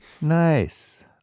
Nice